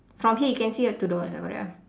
from here you can see oh two doors ah correct ah